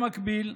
במקביל,